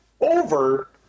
over